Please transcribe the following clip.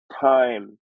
time